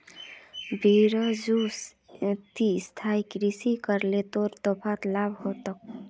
बिरजू ती स्थायी कृषि कर ल तोर पोताक लाभ ह तोक